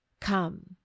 Come